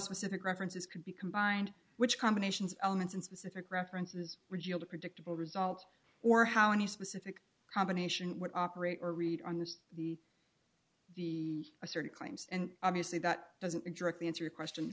specific references could be combined which combinations elements and specific references revealed a predictable result or how any specific combination what operate or read on this the the assertive claims and obviously that doesn't directly answer your question